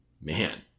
man